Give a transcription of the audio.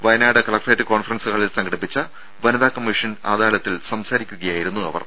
Wayanad collectorate conference ഹാളിൽ സംഘടിപ്പിച്ച വനിതാ കമ്മീഷൻ അദാലത്തിൽ സംസാരിക്കുകയായിരുന്നു അവർ